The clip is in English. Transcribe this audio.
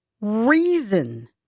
reason